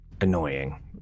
annoying